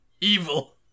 evil